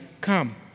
come